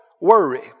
worry